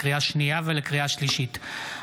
לקריאה שנייה ולקריאה שלישית,